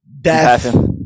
death